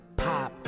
pop